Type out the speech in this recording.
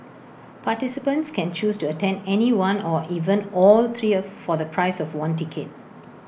participants can choose to attend any one or even all three of for the price of one ticket